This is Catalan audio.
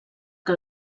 que